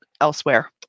elsewhere